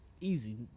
easy